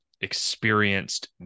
experienced